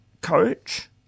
coach